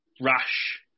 rash